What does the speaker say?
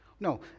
No